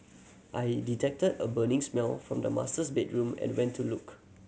I detected a burning smell from the masters bedroom and went to look